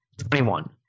21